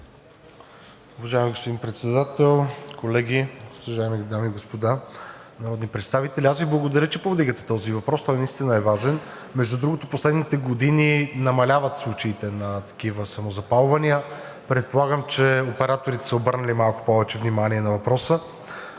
Уважаеми, господин Председател, колеги, уважаеми дами и господа народни представители! Аз Ви благодаря, че повдигате този въпрос, той наистина е важен. В последните години намаляват случаите на такива самозапалвания. Предполагам, че операторите са обърнали малко повече внимание на въпроса.